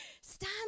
Stand